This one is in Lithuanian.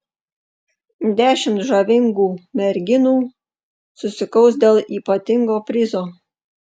dešimt žavingų merginų susikaus dėl ypatingo prizo